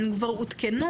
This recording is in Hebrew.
הן כבר הותקנו,